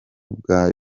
bwa